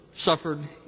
suffered